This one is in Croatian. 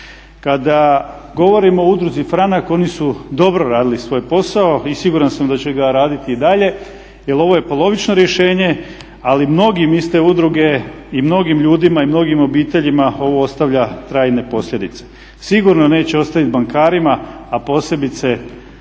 Kada govorimo o Udruzi "Franak" oni su dobro radili svoj posao i siguran sam da će ga raditi i dalje jer ovo je polovično rješenje ali mnogima iz te udruge i mnogim ljudima i mnogim obiteljima ovo ostavlja trajne posljedice. Sigurno neće ostaviti bankarima, a posebice bojim